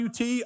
UT